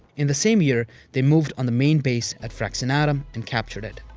in the same year, they moved on the main base at fraxinetum and captured it.